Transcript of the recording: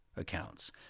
accounts